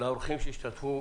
אנחנו מודים לאורחים שהשתתפו,